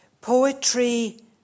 poetry